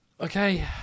Okay